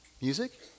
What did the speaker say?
music